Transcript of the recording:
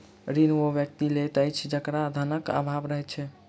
ऋण ओ व्यक्ति लैत अछि जकरा धनक आभाव रहैत छै